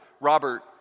Robert